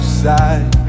side